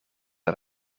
aan